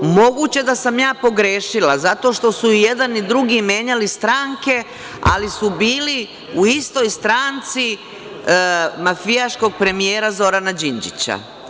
Moguće da sam ja pogrešila, zato što su i jedan i drugi menjali stranke, ali su bili u istoj stranci mafijaškog premijera Zorana Đinđića.